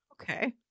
Okay